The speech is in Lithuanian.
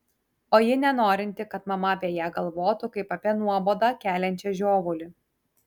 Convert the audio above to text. o ji nenorinti kad mama apie ją galvotų kaip apie nuobodą keliančią žiovulį